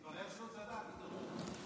מתברר שהוא צדק, גדעון.